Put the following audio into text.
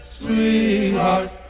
sweetheart